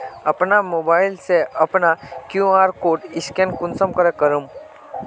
अपना मोबाईल से अपना कियु.आर कोड स्कैन कुंसम करे करूम?